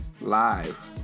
live